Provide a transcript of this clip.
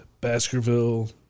Baskerville